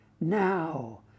now